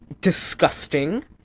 disgusting